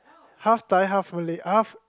half Thai half Malay half